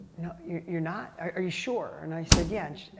you're you're not, are you sure? and i said, yeah.